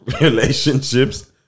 relationships